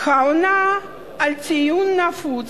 העונה על טיעון נפוץ,